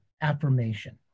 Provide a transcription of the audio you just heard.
affirmation